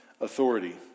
authority